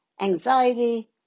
anxiety